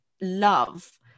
love